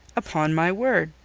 upon my word,